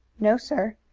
no, sir.